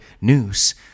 news